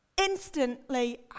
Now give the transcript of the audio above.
instantly